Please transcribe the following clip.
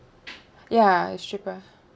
ya it's cheaper